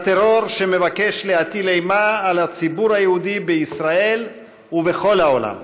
לטרור שמבקש להטיל אימה על הציבור היהודי בישראל ובכל העולם,